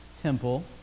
temple